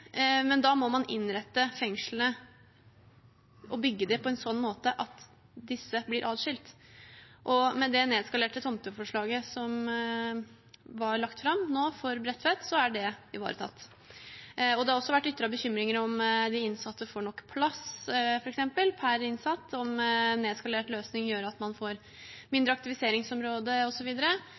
men da må man innrette fengslene og bygge dem på en sånn måte at disse blir atskilt. Med det nedskalerte tomteforslaget som nå ble lagt fram for Bredtvet, er det ivaretatt. Det har vært ytret bekymring for om de innsatte får nok plass, f.eks. per innsatt, og om nedskalert løsning gjør at man får mindre aktiviseringsområde